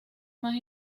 más